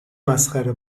مسخره